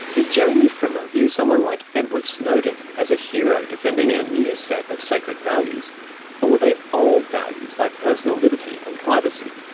did jeremy frimer ah view someone like edward snowden as a hero defending and a new set of sacred values? or were they old values like personal liberty and privacy,